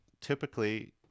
typically